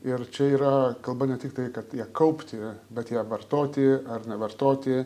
ir čia yra kalba ne tiktai kad ją kaupti bet ją vartoti ar nevartoti